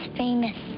famous